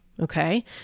Okay